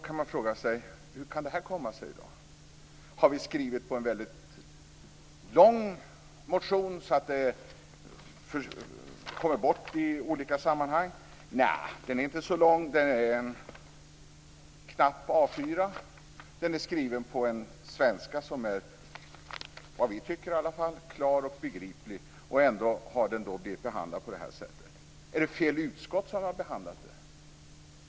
Man kan fråga sig hur det här kan komma sig. Har vi väckt en väldigt lång motion, där detta inte kommer fram? Nej, den är inte så lång - knappt en A 4 sida. Den är skriven på en svenska som i varje fall vi tycker är klar och begriplig. Ändå har den blivit behandlad på det här sättet. Är det fel utskott som har behandlat den?